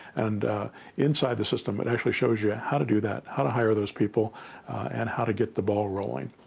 and inside the system it actually shows you how to do that, how to hire those people and how to get the ball rolling.